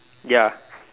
ya